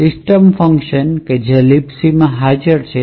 system function જે Libcમાં હાજર છે